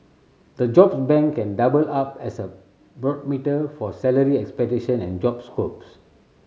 the jobs bank can double up as a barometer for salary expectation and job scopes